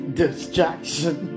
distraction